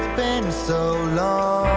been so long